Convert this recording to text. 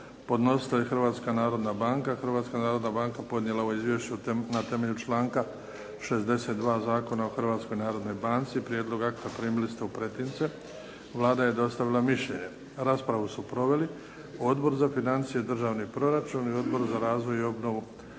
podnositelj Hrvatska narodna banka Hrvatska narodna banka podnijela je ovo izvješće na temelju članka 62. Zakona o Hrvatskoj narodnoj banci. Prijedlog akta primili ste u pretince. Vlada je dostavila mišljenje. Raspravu su proveli Odbor za financije i državni proračun i Odbor za razvoj i obnovu.